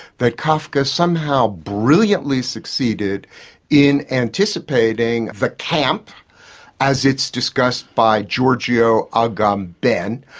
that kafka somehow brilliantly succeeded in anticipating the camp' as it's discussed by giorgio agamben.